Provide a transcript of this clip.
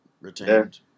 retained